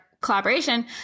collaboration